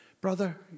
Brother